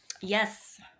Yes